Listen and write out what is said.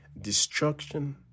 destruction